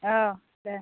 अ दे